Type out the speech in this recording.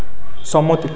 সম্মতি